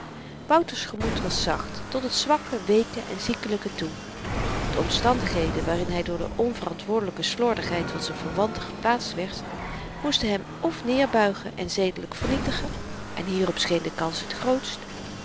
wouter's gemoed was zacht tot het zwakke weeke en ziekelyke toe de omstandigheden waarin hy door de onverantwoordelyke slordigheid van z'n verwanten geplaatst werd moesten hem f neerbuigen en zedelyk vernietigen en hierop scheen de kans het grootst